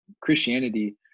Christianity